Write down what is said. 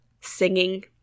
singing